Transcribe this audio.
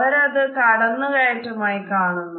അവരത് കടന്നുകയറ്റം ആയി കാണുന്നു